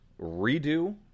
redo